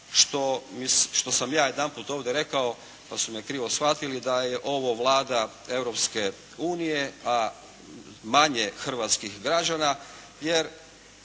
što sam ja jedanput ovdje rekao pa su me krivo shvatili, da je ovo Vlada Europske unije a manje hrvatskih građana,